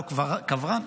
כוורן?